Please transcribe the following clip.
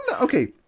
Okay